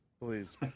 please